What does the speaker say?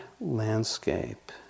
landscape